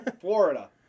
Florida